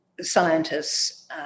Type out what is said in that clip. scientists